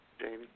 Jamie